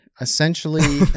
Essentially